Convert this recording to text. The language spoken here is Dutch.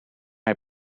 hij